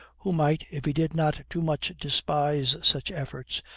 who might, if he did not too much despise such efforts,